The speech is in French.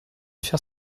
faire